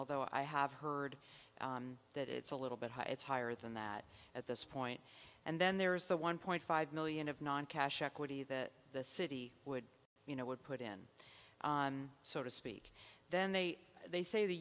although i have heard that it's a little bit high it's higher than that at this point and then there is the one point five million of non cash equity that the city would you know would put in on so to speak then they they say the